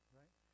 right